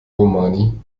romani